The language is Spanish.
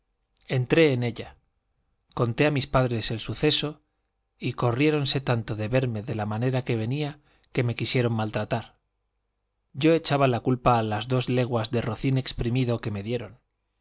entré en ella conté a mis padres el suceso y corriéronse tanto de verme de la manera que venía que me quisieron maltratar yo echaba la culpa a las dos leguas de rocín exprimido que me dieron